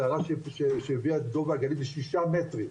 הסערה שהביאה את גובה הגלים לשישה מטרים,